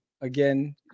Again